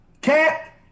Cat